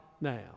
now